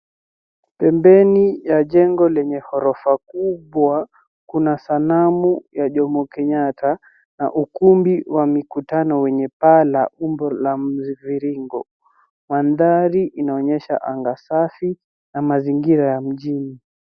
Pembeni ya jengo lenye ghorofa kubwa, kuna sanamu ya Jomo Kenyatta na ukumbi wa mikutano wenye paa la umbo la mviringo. Mandhari inaonyesha anga safi na mazingira ya mjini.